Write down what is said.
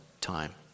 time